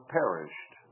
perished